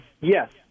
yes